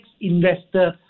investor